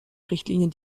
richtlinien